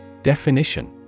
Definition